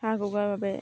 হাঁহ কুকুৰাৰ বাবে